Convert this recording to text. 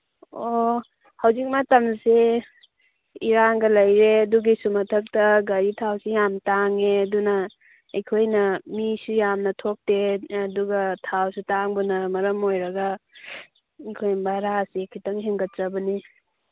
ꯑꯣ ꯍꯧꯖꯤꯛ ꯃꯇꯝꯁꯦ ꯏꯔꯥꯡꯒ ꯂꯩꯔꯦ ꯑꯗꯨꯒꯤꯁꯨ ꯃꯊꯛꯇ ꯒꯥꯔꯤ ꯊꯥꯎꯁꯤ ꯌꯥꯝ ꯇꯥꯡꯉꯦ ꯑꯗꯨꯅ ꯑꯩꯈꯣꯏꯅ ꯃꯤꯁꯨ ꯌꯥꯝꯅ ꯊꯣꯛꯇꯦ ꯑꯗꯨꯒ ꯊꯥꯎꯁꯨ ꯇꯥꯡꯕꯅ ꯃꯔꯝ ꯑꯣꯏꯔꯒ ꯑꯩꯈꯣꯏ ꯚꯔꯥꯁꯤ ꯈꯤꯇꯪ ꯍꯦꯟꯒꯠꯆꯕꯅꯤ